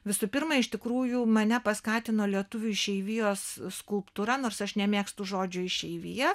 visų pirma iš tikrųjų mane paskatino lietuvių išeivijos skulptūra nors aš nemėgstu žodžio išeivija